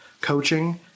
coaching